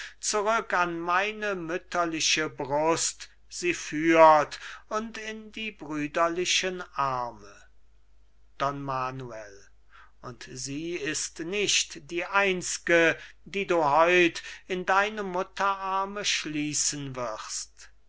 an meine mütterliche brust sie führt und in die brüderlichen arme don manuel und sie ist nicht die einz'ge die du heut in deine mutterarme schließen wirst